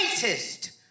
greatest